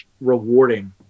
rewarding